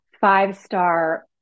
five-star